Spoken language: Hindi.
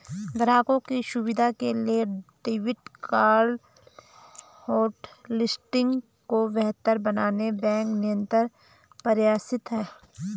ग्राहकों की सुविधा के लिए डेबिट कार्ड होटलिस्टिंग को बेहतर बनाने बैंक निरंतर प्रयासरत है